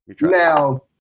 Now